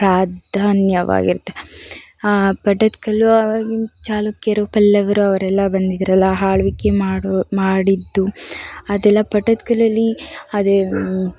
ಪ್ರಾಧಾನ್ಯವಾಗಿರತ್ತೆ ಪಟ್ಟದಕಲ್ಲು ಆವಾಗಿನ ಚಾಲುಕ್ಯರು ಪಲ್ಲವರು ಅವರೆಲ್ಲ ಬಂದಿದ್ದರಲ್ಲ ಆಳ್ವಿಕೆ ಮಾಡೋ ಮಾಡಿದ್ದು ಅದೆಲ್ಲ ಪಟ್ಟದಕಲ್ಲಲ್ಲಿ ಅದೇ